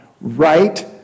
Right